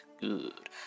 Good